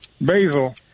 Basil